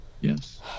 Yes